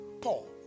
Paul